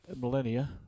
millennia